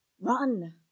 run